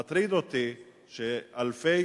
מטריד אותי שאלפי